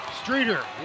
Streeter